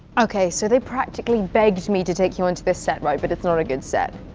okay, so they practically begged me to take you onto this set, right, but it's not a good set.